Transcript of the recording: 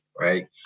right